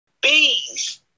bees